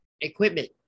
equipment